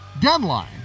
deadline